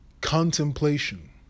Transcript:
contemplation